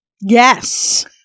Yes